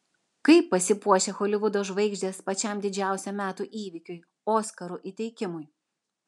kaip pasipuošia holivudo žvaigždės pačiam didžiausiam metų įvykiui oskarų įteikimui